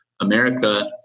America